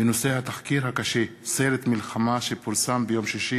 חברת הכנסת יפעת קריב בנושא: התחקיר הקשה "סרט מלחמה" שפורסם ביום שישי